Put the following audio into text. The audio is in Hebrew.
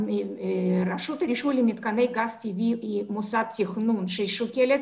רשות הרישוי למתקני גז טבעי היא מוסד תכנון ששוקלת